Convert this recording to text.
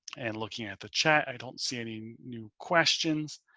and looking at the chat. i don't see any new questions.